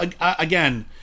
again